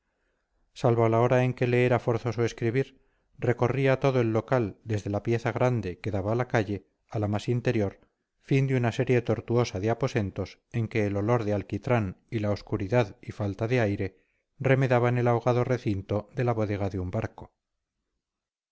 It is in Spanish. a la hora en que le era forzoso escribir recorría todo el local desde la pieza grande que daba a la calle a la más interior fin de una serie tortuosa de aposentos en que el olor del alquitrán y la obscuridad y falta de aire remedaban el ahogado recinto de la bodega de un barco